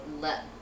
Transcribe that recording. let